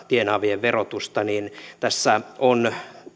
tienaavien verotusta niin tässä on